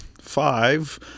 Five